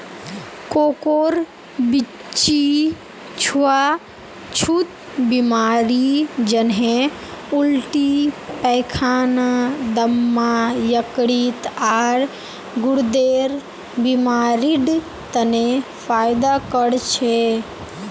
कोकोर बीच्ची छुआ छुत बीमारी जन्हे उल्टी पैखाना, दम्मा, यकृत, आर गुर्देर बीमारिड तने फयदा कर छे